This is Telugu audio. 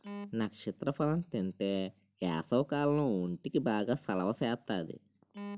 నక్షత్ర ఫలం తింతే ఏసవికాలంలో ఒంటికి బాగా సలవ సేత్తాది